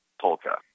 polka